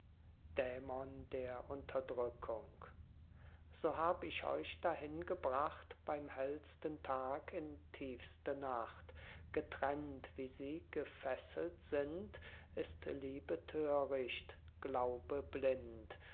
dämon der unterdrückung so hab ich euch dahin gebracht beim hellsten tag in tiefste nacht getrennt wie sie gefesselt sind ist liebe töricht glaube blind